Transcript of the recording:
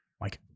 Mike